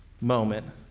moment